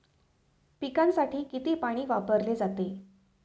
पिकांसाठी किती पाणी वापरले जाते?